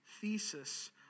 thesis